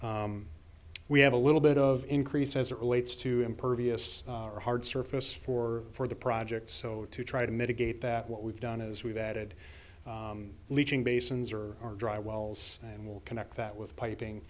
sections we have a little bit of increase as it relates to impervious or hard surface for for the project so to try to mitigate that what we've done is we've added leaching basins or our dry wells and we'll connect that with piping